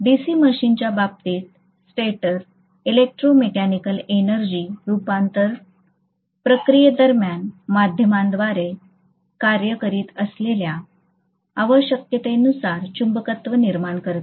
DC मशीनच्या बाबतीत stator electromechanical energy रूपांतरण प्रक्रियेदरम्यान माध्यमांद्वारे कार्य करीत असलेल्या आवश्यकतेनुसार चुंबकत्व निर्माण करते